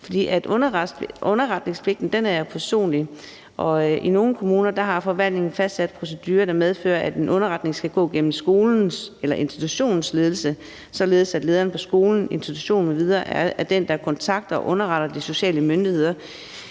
For underretningspligten er jo personlig, og i nogle kommuner har forvaltningen fastsat procedurer, der medfører, at en underretning skal gå gennem skolens eller institutionens ledelse, således at lederen på skolen, institutionen m.v. er den, der kontakter og underretter de sociale myndigheder.